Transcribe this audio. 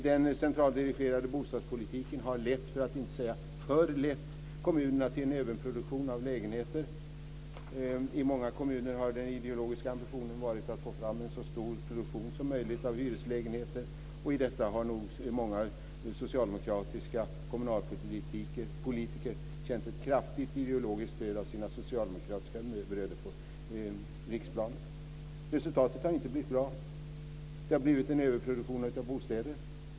Den centraldirigerade bostadspolitiken har lett - för att inte säga förlett - kommunerna till en överproduktion av lägenheter. I många kommuner har den ideologiska ambitionen varit att få fram en så stor produktion som möjligt av hyreslägenheter. I detta har nog många socialdemokratiska kommunalpolitiker känt ett kraftigt ideologiskt stöd av sina socialdemokratiska bröder på riksplanet. Resultatet har inte blivit bra. Det har blivit en överproduktion av bostäder.